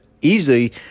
easy